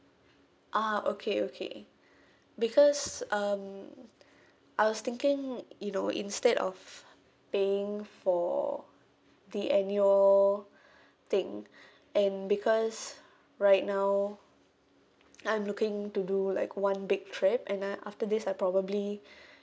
ah okay okay because um I was thinking you know instead of paying for the annual thing and because right now I'm looking to do like one big trip and then after this I probably